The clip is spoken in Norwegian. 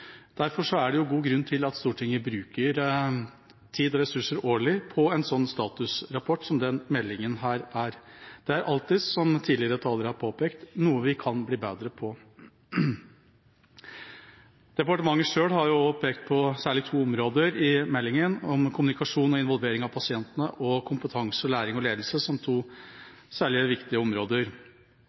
Derfor er det god grunn til at Stortinget årlig bruker tid og ressurser på en statusrapport, som denne meldingen er. Det er alltid, som tidligere talere har påpekt, noe vi kan bli bedre på. Departementet har særlig pekt på to viktige områder i meldingen: kommunikasjon og involvering av pasientene og kompetanse, læring og ledelse. I tillegg sier komiteen at samhandling mellom de ulike nivåene og bemannings- og ressurssituasjonen er faktorer som